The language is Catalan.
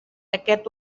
aquest